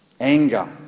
Anger